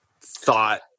thought